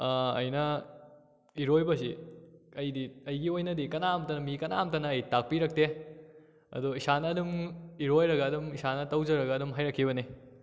ꯑꯩꯅ ꯏꯔꯣꯏꯕꯁꯤ ꯑꯩꯗꯤ ꯑꯩꯒꯤ ꯑꯣꯏꯅꯗꯤ ꯀꯅꯥꯝꯇꯅ ꯃꯤ ꯀꯅꯥꯝꯇꯅ ꯑꯩ ꯇꯥꯛꯄꯤꯔꯛꯇꯦ ꯑꯗꯣ ꯏꯁꯥꯅ ꯑꯗꯨꯝ ꯏꯔꯣꯏꯔꯒ ꯑꯗꯨꯝ ꯏꯁꯥꯅ ꯇꯧꯖꯔꯒ ꯑꯗꯨꯝ ꯍꯩꯔꯛꯈꯤꯕꯅꯤ